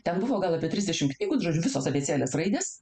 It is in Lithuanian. ten buvo gal apie trisdešim knygų žodžiu visos abėcėlės raidės